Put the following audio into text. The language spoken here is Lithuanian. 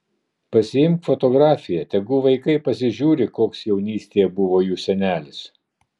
pasiimk fotografiją tegu vaikai pasižiūri koks jaunystėje buvo jų senelis